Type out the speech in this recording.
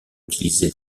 utilisé